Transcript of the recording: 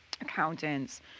accountants